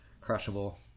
crushable